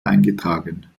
eingetragen